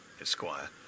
esquire